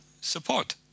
support